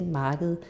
marked